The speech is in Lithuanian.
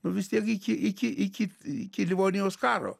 nu vis tiek iki iki iki iki livonijos karo